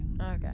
Okay